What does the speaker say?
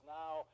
now